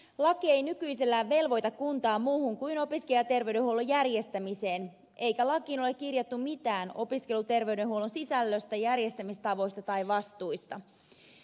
laki ei nykyisellään velvoita kuntaa muuhun kuin opiskelijaterveydenhuollon järjestämiseen eikä lakiin ole kirjattu mitään opiskelijaterveydenhuollon sisällöstä järjestämistavoista tai vastuista